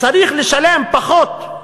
צריך לשלם פחות,